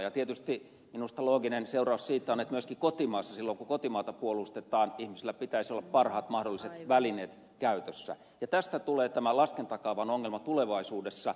ja tietysti minusta looginen seuraus siitä on että myöskin kotimaassa silloin kun kotimaata puolustetaan ihmisillä pitäisi olla parhaat mahdolliset välineet käytössä ja tästä tulee tämä laskentakaavan ongelma tulevaisuudessa